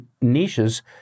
niches